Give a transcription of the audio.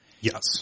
Yes